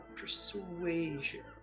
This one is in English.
persuasion